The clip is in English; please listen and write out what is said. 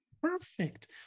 Perfect